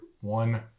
one